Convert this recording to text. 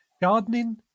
gardening